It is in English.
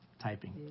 typing